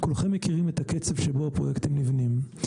כולכם מכירים את הקצב שבו הפרויקטים נבנים.